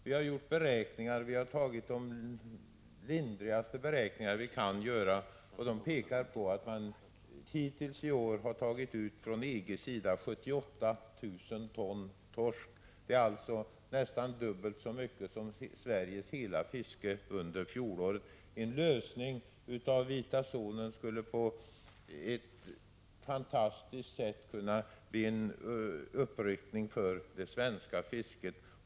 De försiktigaste beräkningar som vi har kunnat göra pekar på att EG hittills i år har tagit upp 78 000 ton torsk, 27 fjolåret. En lösning beträffande vita zonen skulle på ett fantastiskt sätt kunna betyda en uppryckning för det svenska fisket.